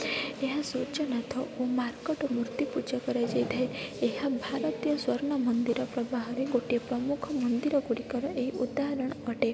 ଏହା ସୂର୍ଯ୍ୟନାଥ ଓ ମାର୍କଟ ମୂର୍ତ୍ତି ପୂଜା କରାଯାଇଥାଏ ଏହା ଭାରତୀୟ ସ୍ୱର୍ଣ୍ଣ ମନ୍ଦିର ପ୍ରବାହରେ ଗୋଟିଏ ପ୍ରମୁଖ ମନ୍ଦିର ଗୁଡ଼ିକର ଏହି ଉଦାହରଣ ଅଟେ